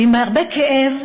ועם הרבה כאב,